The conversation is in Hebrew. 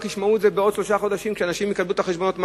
ישמעו את זה רק בעוד שלושה חודשים כשאנשים יקבלו את חשבונות המים.